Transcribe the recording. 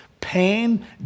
pain